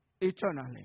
eternally